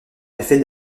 effet